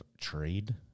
trade